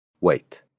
Wait